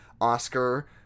Oscar